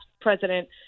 president